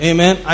Amen